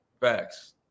Facts